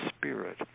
spirit